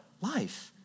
Life